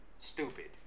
Stupid